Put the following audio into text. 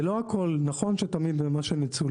זה לא הכול, נכון שתמיד מה שמצולם.